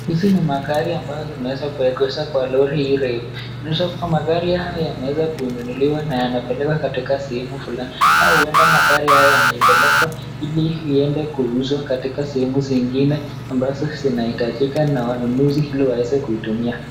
Hizi ni magari ambazo zimeweza kuwegeza kwa lori hii refu, inaweza kuwa magari haya yameweza kununuliwa na yanapelekwa katika sehemu fulani. Au huenda magari haya yanapelekwa ili iende kuuzwa katika sehemu zingine ambazo zinahitajika na wanunuzi ili waweze kuitumia.